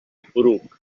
poruc